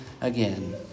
again